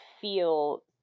feel